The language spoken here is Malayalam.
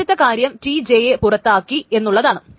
ആദ്യത്തെ കാര്യം Tj യെ പൂർത്തിയാക്കി എന്നുള്ളതാണ്